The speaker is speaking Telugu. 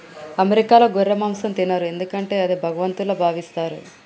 అమెరికాలో గొర్రె మాంసం తినరు ఎందుకంటే అది భగవంతుల్లా భావిస్తారు